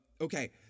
Okay